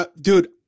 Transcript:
dude